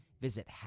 Visit